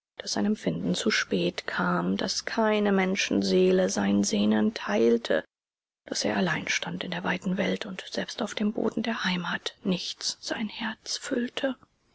daß sein empfinden zu spät kam daß keine menschenseele sein sehnen teilte daß er allein stand in der weiten welt und selbst auf dem boden der heimat nichts sein herz füllte